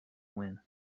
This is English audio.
win